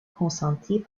consentis